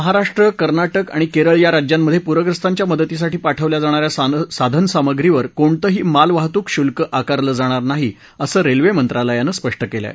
महाराष्ट्र कर्नाटक आणि केरळ या राज्यांमधे पूर्यस्तांच्या मदतीसाठी पाठवल्या जाणा या साधनसामग्रीवर कोणतंही मालवाहतूक शुल्क आकारलं जाणार नाही असं रेल्वेमंत्रालयानं स्पष्ट केलं आहे